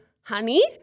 honey